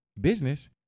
business